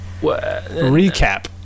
Recap